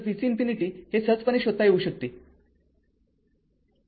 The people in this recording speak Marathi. तर vc ∞ हे सहजपणे शोधता येऊ शकते